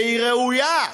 והיא ראויה.